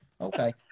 okay